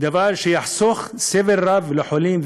דבר שיחסוך סבל רב לחולים,